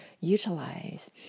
utilize